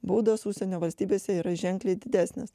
baudos užsienio valstybėse yra ženkliai didesnės